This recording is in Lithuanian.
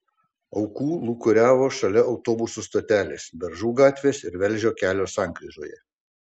aukų lūkuriavo šalia autobusų stotelės beržų gatvės ir velžio kelio sankryžoje